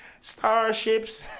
Starships